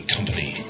Company